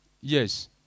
Yes